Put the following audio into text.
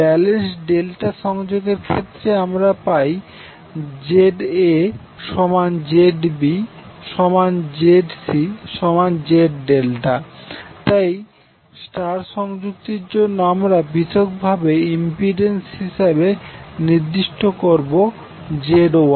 balanced delta সংযোগের ক্ষেত্রে আমরা পাই ZaZbZcZ∆ তাই স্টার সংযুক্তির জন্য আমরা পৃথকভাবে ইম্পিডেন্স হিসেবে নির্দিষ্ট করব ZY